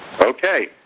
Okay